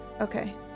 Okay